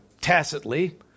tacitly